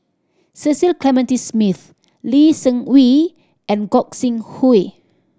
Cecil Clementi Smith Lee Seng Wee and Gog Sing Hooi